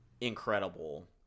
incredible